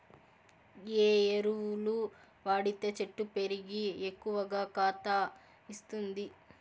ఏ ఎరువులు వాడితే చెట్టు పెరిగి ఎక్కువగా కాత ఇస్తుంది?